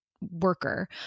worker